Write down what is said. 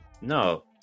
No